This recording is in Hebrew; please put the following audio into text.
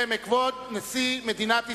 ומכבוד נשיא מדינת ישראל.